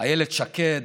איילת שקד,